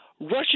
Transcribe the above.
Russian